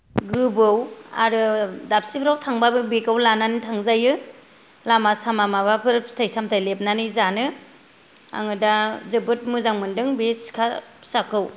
गोबौ आरो दाबसेफ्राव थांबाबो बेगाव लानानै थांजायो लामा सामा माबाफोर फिथाइ सामथाय लेबनानै जानो आङो दा जोबोद मोजां मोनदों बे सिखा फिसाखौ